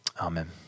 Amen